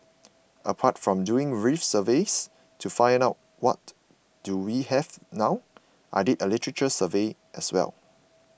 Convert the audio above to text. apart from doing reef surveys to find out what do we have now I did a literature survey as well